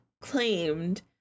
claimed